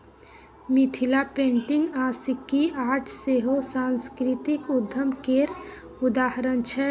Mithila painting आ Sikki art सेहो सास्कृतिक उद्यम केर उदाहरण छै